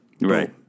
right